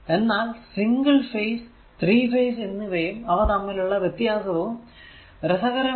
എന്നാൽ single phase 3 phase എന്നിവയും അവ തമ്മിലുള്ള വ്യത്യാസവും രസകരമാണ്